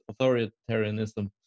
authoritarianism